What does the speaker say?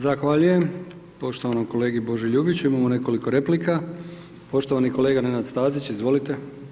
Zahvaljujem poštovanom kolegi Boži Ljubiću, imamo nekoliko replika, poštovani kolega Nenad Stazić, izvolite.